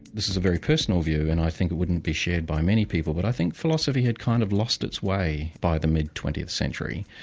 this is a very personal view and i think it wouldn't be shared by many people but i think philosophy had kind of lost its way by the mid twentieth century.